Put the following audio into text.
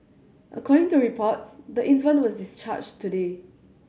according to reports the infant was discharged today